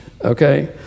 Okay